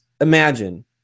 imagine